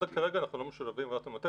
כרגע אנחנו לא משולבים בעבודת המטה,